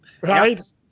Right